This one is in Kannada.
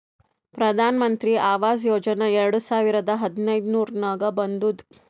ಪ್ರಧಾನ್ ಮಂತ್ರಿ ಆವಾಸ್ ಯೋಜನಾ ಎರಡು ಸಾವಿರದ ಹದಿನೈದುರ್ನಾಗ್ ಬಂದುದ್